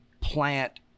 plant